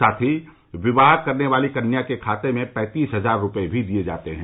साथ ही विवाह करने वाली कन्या के खाते में पैंतीस हजार रूपये भी दिए जाते हैं